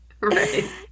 Right